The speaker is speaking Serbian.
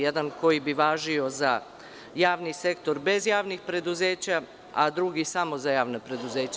Jedan koji bi važio za javni sektor bez javnih preduzeća, a drugi samo za javna preduzeća.